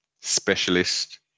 Specialist